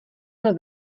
byl